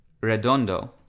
Redondo